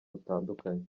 butandukanye